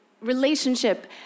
relationship